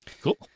Cool